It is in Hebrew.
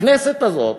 הכנסת הזאת,